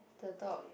the dog